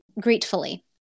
gratefully